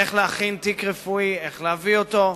איך להכין תיק רפואי, איך להביא אותו.